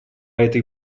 этой